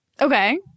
Okay